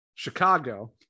Chicago